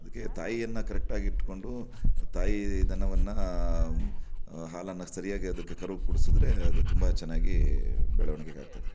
ಅದಕ್ಕೆ ತಾಯಿಯನ್ನು ಕರೆಕ್ಟಾಗಿ ಇಟ್ಟುಕೊಂಡು ತಾಯಿ ದನವನ್ನು ಹಾಲನ್ನು ಸರಿಯಾಗಿ ಅದಕ್ಕೆ ಕರುಗೆ ಕುಡ್ಸಿದ್ರೆ ಅದು ತುಂಬ ಚೆನ್ನಾಗಿ ಬೆಳ್ವಣಿಗೆಗೆ ಆಗ್ತದೆ